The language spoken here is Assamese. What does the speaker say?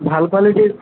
ভাল কোৱালিটিৰ